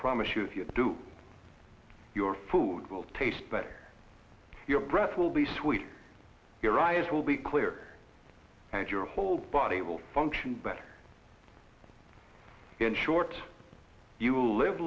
promise you if you do your food will taste your breath will be sweet your eyes will be clear and your whole body will function better in short you will live